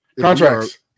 Contracts